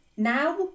Now